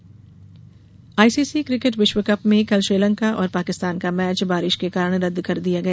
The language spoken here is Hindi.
किकेट आईसीसी क्रिकेट विश्वकप में कल श्रीलंका और पाकिस्तान का मैच बारिश के कारण रद्द कर दिया गया